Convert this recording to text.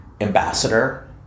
ambassador